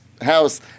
house